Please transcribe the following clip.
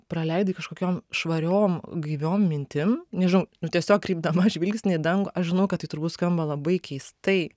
praleidai kažkokiom švariom gaiviom mintim nežinau tiesiog kreipdama žvilgsnį į dangų aš žinau kad tai turbūt skamba labai keistai